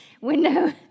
window